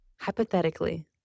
hypothetically